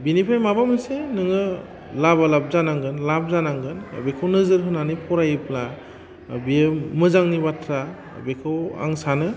बिनिफ्राय माबा मोनसे नोङो लाबालाब जानांगोन लाब जानांगोन बेखौ नोजोर होनानै फरायब्ला बे मोजांनि बाथ्रा बेखौ आं सानो